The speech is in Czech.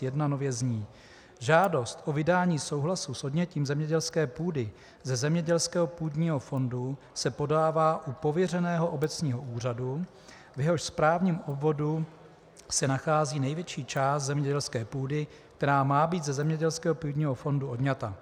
1 nově zní: Žádost o vydání souhlasu s odnětím zemědělské půdy ze zemědělského půdního fondu se podává u pověřeného obecního úřadu, v jehož správním obvodu se nachází největší část zemědělské půdy, která má být ze zemědělského půdního fondu odňata.